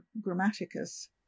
Grammaticus